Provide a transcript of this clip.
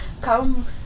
Come